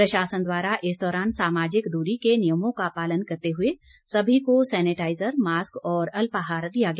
प्रशासन द्वारा इस दौरान सामाजिक दूरी के नियमों का पालन करते हुए सभी को सेनेटाइजर मास्क और अल्पाहार दिया गया